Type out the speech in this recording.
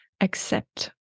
accept